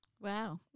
Wow